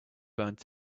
burned